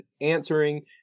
answering